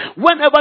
whenever